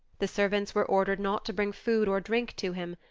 the servants were ordered not to bring food or drink to him,